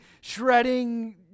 shredding